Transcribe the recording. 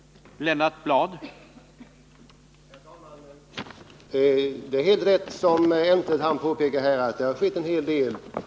28 mars 1980